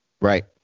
Right